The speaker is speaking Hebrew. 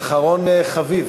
אחרון חביב.